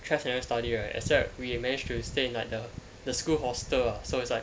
actually we never study right except we managed to stay in like the the school hostel so it's like